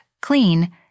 clean